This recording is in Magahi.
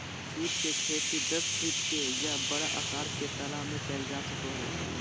सीप के खेती दस फीट के या बड़ा आकार के तालाब में कइल जा सको हइ